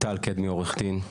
טל קדמי, עורך דין.